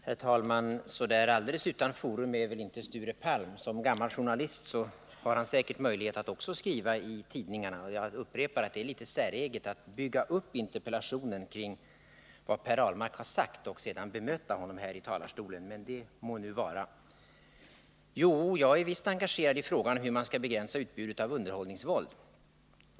Herr talman! Så där alldeles utan forum är väl inte Sture Palm. Som gammal journalist har han säkert också möjlighet att skriva i tidningarna. Jag upprepar att det är litet säreget att bygga upp interpellationen kring vad Per Ahlmark har sagt, och sedan bemöta honom här i talarstolen. Men det må nu vara. Jo, jag är visst engagerad i frågan hur man skall begränsa utbudet av underhållningsvåld.